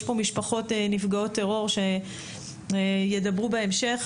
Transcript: יש פה משפחות נפגעות טרור שידברו בהמשך